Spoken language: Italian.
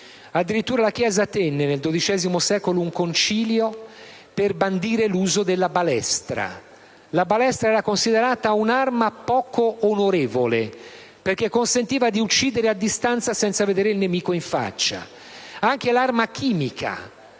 Addirittura la Chiesa tenne, nel XII secolo, un Concilio per bandire l'uso della balestra, che era considerata un'arma poco onorevole, perché consentiva di uccidere a distanza, senza vedere il nemico in faccia. Anche l'arma chimica